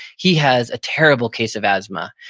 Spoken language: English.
he has a terrible case of asthma.